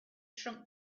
shrunk